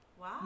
wow